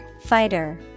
fighter